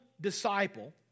disciple